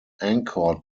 anchor